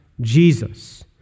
Jesus